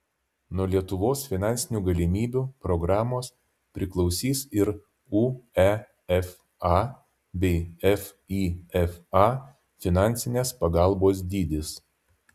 nuo lietuvos finansinių galimybių programos priklausys ir uefa bei fifa finansinės pagalbos dydis